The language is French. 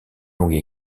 longue